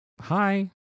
Hi